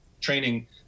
training